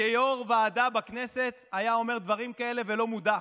שיו"ר ועדה בכנסת היה אומר דברים כאלה ולא מודח,